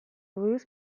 buruz